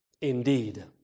Indeed